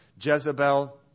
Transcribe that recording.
Jezebel